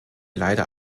leider